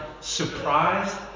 surprised